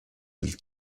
îles